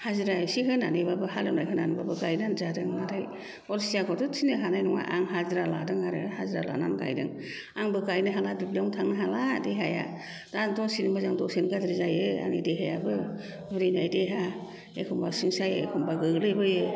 हाजिरा एसे होनानैबाबो हाल एवनाय होनानैबाबो गायनानै जादों नाथाय अलसियाखौथ' थिननो हानाय नङा आं हाजिरा लादों आरो हाजिरा लानानै गायदों आंबो गायनो हाला दुब्लियावनो थांनो हाला देहाया दा दसेनो मोजां दसेनो गाज्रि जायो आंनि देहायाबो बुरिनाय देहा एखनबा सिं सायो एखनबा गोग्लैबायो